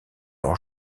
hors